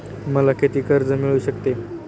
मला किती कर्ज मिळू शकते?